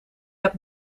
hebt